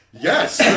Yes